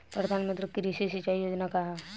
प्रधानमंत्री कृषि सिंचाई योजना का ह?